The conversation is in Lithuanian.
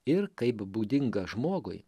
ir kaip būdinga žmogui